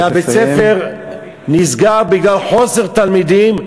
ובית-הספר נסגר בגלל חוסר תלמידים,